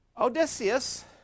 Odysseus